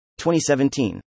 2017